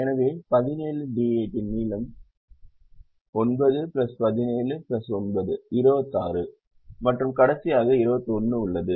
எனவே 17 D8 இன் நீளம் 9 17 9 26 மற்றும் கடைசியாக 21 உள்ளது